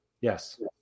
Yes